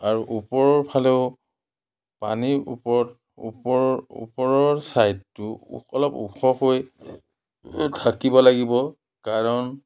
আৰু ওপৰৰ ফালেও পানী ওপৰত ওপৰৰ ওপৰৰ ছাইডটো অলপ ওখকৈ থাকিব লাগিব কাৰণ